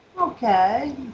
okay